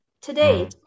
today